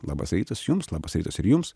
labas rytas jums labas rytas ir jums